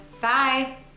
Bye